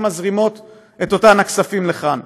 שמזרימות את אותם הכספים לכאן.